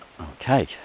okay